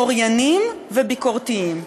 אורייניים וביקורתיים.